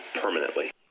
permanently